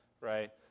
right